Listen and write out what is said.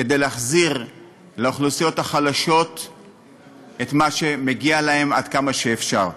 כדי להחזיר לאוכלוסיות החלשות את מה שמגיע להן עד כמה שאפשר.